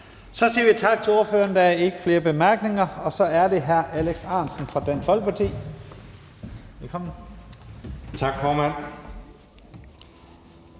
Så siger vi tak til ordføreren. Der er ikke flere korte bemærkninger. Så er det hr. Alex Ahrendtsen fra Dansk Folkeparti. Velkommen. Kl.